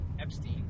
Epstein